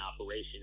operation